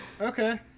okay